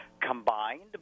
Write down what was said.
combined